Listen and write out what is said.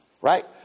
right